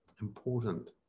important